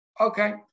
okay